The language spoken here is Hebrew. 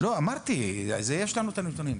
אמרתי שעל זה יש לנו את הנתונים.